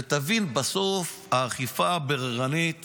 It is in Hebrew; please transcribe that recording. ותבין, בסוף האכיפה הבררנית